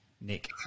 Nick